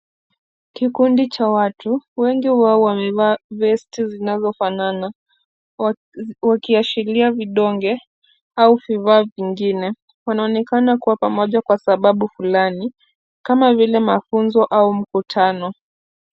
Kikundi cha watu, wengi wao wamevaa vesti zinazofanana wakiashiria vidonge au vifaa vingine. Wanaonekana kuwa pamoja kwa sababu fulani kama vile mafunzo au mkutano.